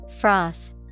Froth